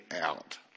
out